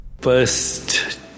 First